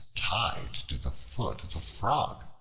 tied to the foot of the frog.